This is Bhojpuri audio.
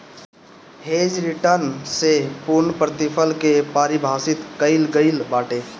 हेज रिटर्न से पूर्णप्रतिफल के पारिभाषित कईल गईल बाटे